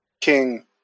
King